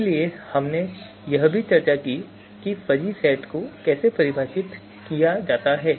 इसलिए हमने यह भी चर्चा की कि फ़ज़ी सेट को कैसे परिभाषित किया जाता है